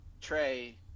Trey